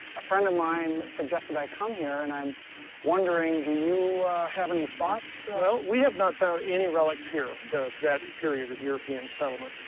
a friend of mine suggested i come here, and i'm wondering, do you have any thoughts? so well, we have not found any relics here to that period of european settlement.